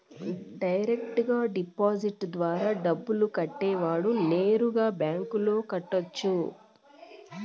direct deposit ద్వారా డబ్బు కట్టేవాడు నేరుగా బ్యాంకులో కట్టొచ్చు